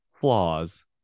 flaws